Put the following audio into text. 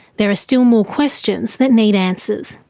there are still more questions that need answers.